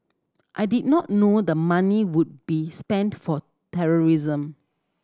I did not know the money would be spent for terrorism